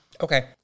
Okay